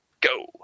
go